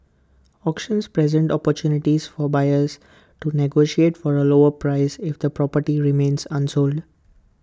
auctions present opportunities for buyers to negotiate for A lower price if the property remains unsold